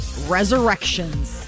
Resurrections